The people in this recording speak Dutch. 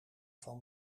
van